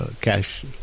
Cash